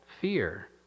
fear